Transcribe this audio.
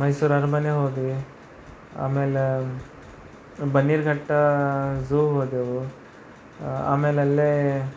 ಮೈಸೂರು ಅರಮನೆ ಹೋದ್ವಿ ಆಮೇಲೆ ಬನ್ನೇರುಘಟ್ಟ ಝೂ ಹೋದೆವು ಆಮೇಲೆ ಅಲ್ಲೇ